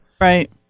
Right